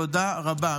תודה רבה.